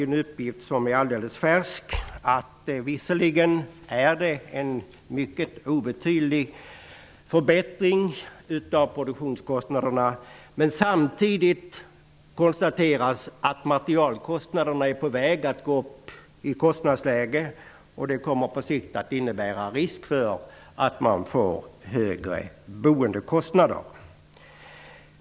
Enligt en alldeles färsk uppgift uppvisar produktionskostnaderna visserligen en obetydlig förbättring, men materialkostnaderna är på väg att gå upp. Detta kommer på sikt att innebära risk för högre boendekostnader.